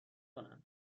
کنن